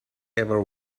ever